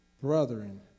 brethren